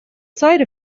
side